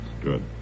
Good